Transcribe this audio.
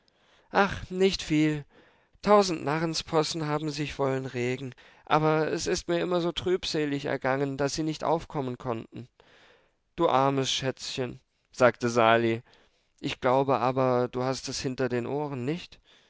ach nicht viel tausend narrenspossen haben sich wollen regen aber es ist mir immer so trübselig ergangen daß sie nicht aufkommen konnten du armes schätzchen sagte sali ich glaube aber du hast es hinter den ohren nicht